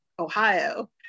Ohio